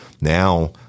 Now